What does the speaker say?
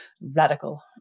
radical